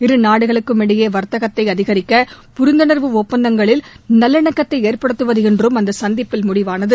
இரு நாடுகளுக்கும் இடையே வர்த்தகத்தை அதிகரிக்க புரிந்துணர்வு ஒப்பந்தங்களில் நல்லிணக்கத்தை ஏற்படுத்துவது என்றும் இந்த சந்திப்பில் முடிவானது